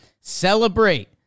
celebrate